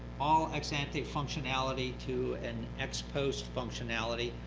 all ex-ante functionality to an ex-post functionality,